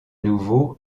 nouveau